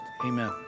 Amen